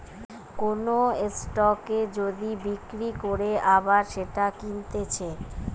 কোন এসেটকে যদি বিক্রি করে আবার সেটা কিনতেছে